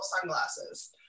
sunglasses